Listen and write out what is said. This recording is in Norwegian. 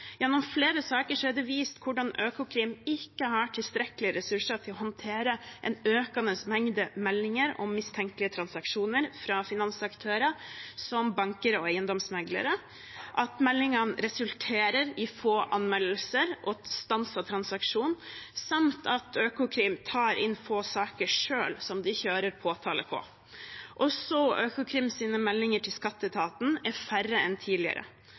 Gjennom flere saker er det vist hvordan Økokrim ikke har tilstrekkelige ressurser til å håndtere en økende mengde meldinger om mistenkelige transaksjoner fra finansaktører som banker og eiendomsmeglere, at meldingene resulterer i få anmeldelser og stanset transaksjon, samt at Økokrim tar inn få saker selv som de kjører påtale på. Også Økokrims meldinger til skatteetaten er færre enn tidligere.